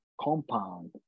compound